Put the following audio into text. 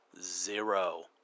Zero